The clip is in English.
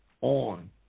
on